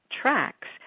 tracks